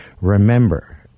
Remember